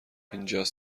اینجاس